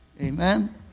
Amen